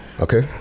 Okay